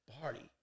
party